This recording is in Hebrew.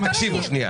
תקשיבי,